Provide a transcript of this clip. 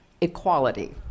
equality